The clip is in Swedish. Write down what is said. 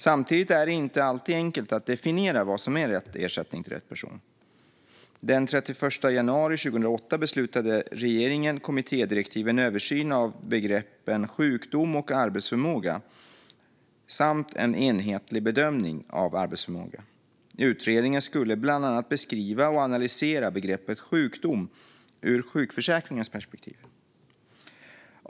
Samtidigt är det inte alltid enkelt att definiera vad som är rätt ersättning till rätt person. Den 31 januari 2008 beslutade regeringen om kommittédirektiven Översyn av begreppen sjukdom och arbetsförmåga samt en enhetlig be dömning av arbetsförmåga . Utredningen skulle bland annat beskriva och analysera begreppet "sjukdom" ur sjukförsäkringens perspektiv.